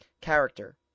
Character